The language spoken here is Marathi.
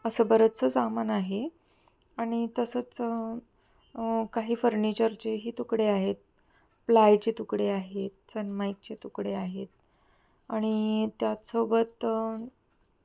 असं बरंचसं सामान आहे आणि तसंच काही फर्निचरचेही तुकडे आहेत प्लायचे तुकडे आहेत सनमाईकचे तुकडे आहेत आणि त्यातसोबत